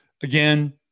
Again